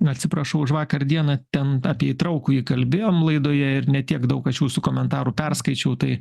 atsiprašau už vakar dieną ten apie įtraukųjų kalbėjom laidoje ir ne tiek daug aš jūsų komentarų perskaičiau tai